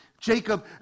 Jacob